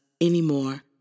anymore